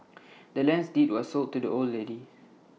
the land's deed was sold to the old lady